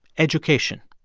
education.